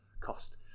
cost